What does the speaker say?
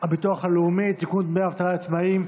הביטוח הלאומי (תיקון, דמי אבטלה לעצמאים),